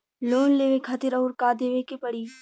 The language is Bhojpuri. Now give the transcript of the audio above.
लोन लेवे खातिर अउर का देवे के पड़ी?